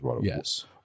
Yes